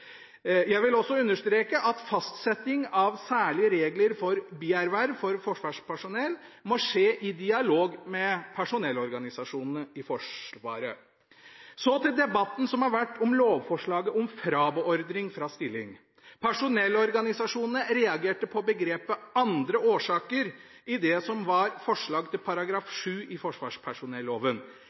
Jeg vil også understreke at fastsetting av særlige regler for bierverv for forsvarspersonell må skje i dialog med personellorganisasjonene i Forsvaret. Så til debatten som har vært om lovforslaget om frabeordring fra stilling. Personellorganisasjonene reagerte på begrepet «andre årsaker» i det som var forslag til § 7 i forsvarspersonelloven.